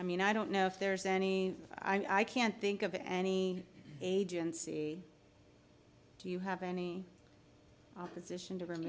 i mean i don't know if there's any i can't think of any agency do you have any opposition to